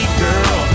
girl